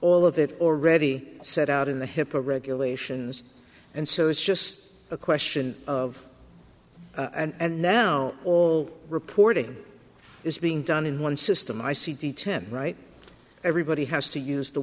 all of it already set out in the hipaa regulations and so it's just a question of and now all reporting is being done in one system i c d ten right everybody has to use the